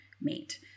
mate